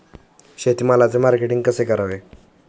शेतमालाचे मार्केटिंग कसे करावे?